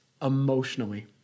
emotionally